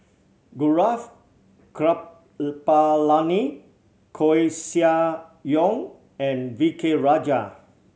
Gaurav Kripalani Koeh Sia Yong and V K Rajah